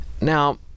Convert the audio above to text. Now